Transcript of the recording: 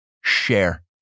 share